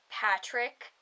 Patrick